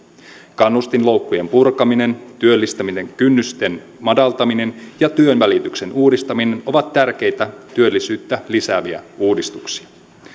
kannustinloukkujen purkaminen työllistämisen kynnysten madaltaminen ja työnvälityksen uudistaminen ovat tärkeitä työllisyyttä lisääviä uudistuksia